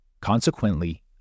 Consequently